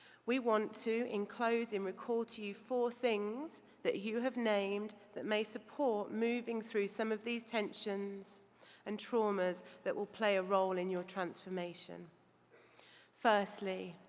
we want to enclose and record to you four things that you have named that may support moving through some of these tensions and traumas that will play a role in your transformation. first firstly,